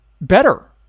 better